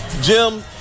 Jim